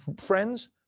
Friends